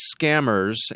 scammers